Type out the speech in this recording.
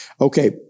Okay